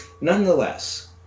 Nonetheless